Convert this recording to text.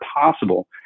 possible